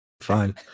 Fine